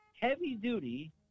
heavy-duty